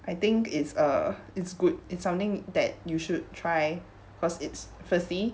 I think it's a it's good it's something that you should try cause it's firstly